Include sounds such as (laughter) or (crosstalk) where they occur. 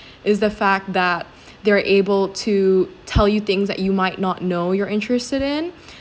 is the fact that (breath) they are able to tell you things that you might not know you're interested in